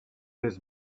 his